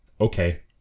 okay